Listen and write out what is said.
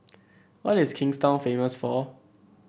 what is Kingstown famous for